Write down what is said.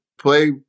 play